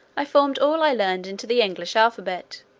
i formed all i learned into the english alphabet,